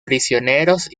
prisioneros